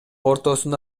ортосунда